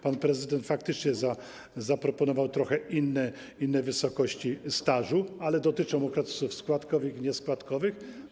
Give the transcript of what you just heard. Pan prezydent faktycznie zaproponował trochę inne wysokości stażu, ale dotyczą okresów składkowych i nieskładkowych.